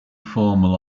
formal